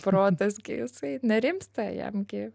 protas gi jisai nerimsta jam gi